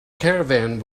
caravan